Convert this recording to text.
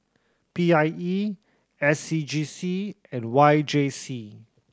P I E S C G C and Y J C